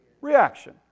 reaction